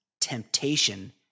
Temptation